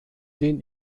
den